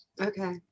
Okay